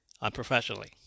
Unprofessionally